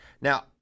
Now